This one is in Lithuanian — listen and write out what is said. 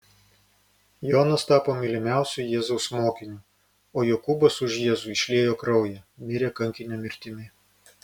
jonas tapo mylimiausiu jėzaus mokiniu o jokūbas už jėzų išliejo kraują mirė kankinio mirtimi